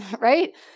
right